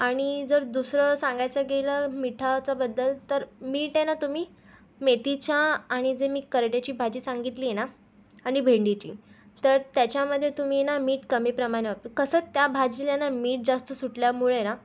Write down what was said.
आणि जर दुसरं सांगायचं गेलं मिठाच्याबद्दल तर मीठ आहे ना तुम्ही मेथीच्या आणि जे मी करडईची भाजी सांगितली आहे ना आणि भेंडीची तर त्याच्यामध्ये तुम्ही ना मीठ कमी प्रमाण वापर कसं त्या भाजीला ना मीठ जास्त सुटल्यामुळे आहे ना